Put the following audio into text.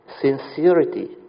sincerity